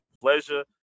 pleasure